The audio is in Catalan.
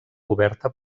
coberta